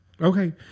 Okay